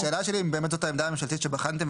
זו באמת העמדה הממשלתית שבחנתם,